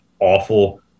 awful